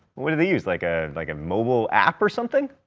what did they use, like ah like a mobile app or something?